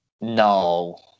No